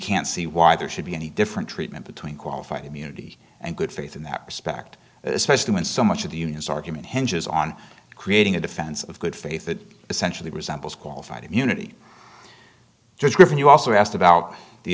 can't see why there should be any different treatment between qualified immunity and good faith in that respect especially when so much of the union's argument hinges on creating a defense of good faith that essentially resembles qualified immunity just given you also asked about the